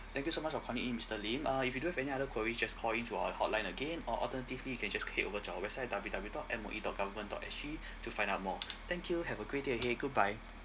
thank you so much for calling in mister lim uh if you don't have any quarries just call in to our hotline again or alternatively you can just click over to our website W W W dot M O E dot government dot S G to find out more thank you have a great day ahead goodbye